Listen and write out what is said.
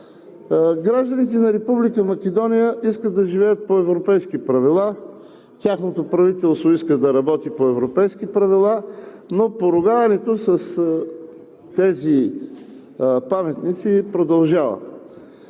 Гражданите на Република Македония искат да живеят по европейски правила, тяхното правителство иска да работи по европейски правила, но поругаването на тези паметници продължава.